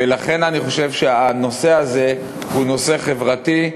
ולכן אני חושב שהנושא הזה הוא נושא חברתי,